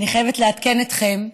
אני חייבת לעדכן אתכם.